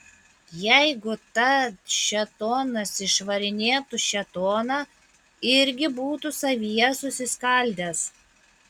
jeigu tad šėtonas išvarinėtų šėtoną irgi būtų savyje susiskaldęs